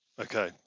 Okay